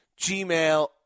gmail